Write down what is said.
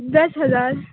دس ہزار